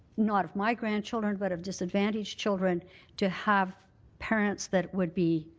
not of my grandchildren, but of disadvantaged children to have parents that would be